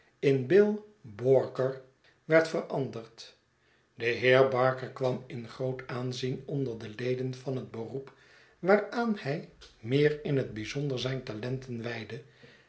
bill boorker werd veranderd de heer barker kwam in groot aanzien onder de leden van het beroep waaraan hij meer in het bijzonder zijne talenten wijdde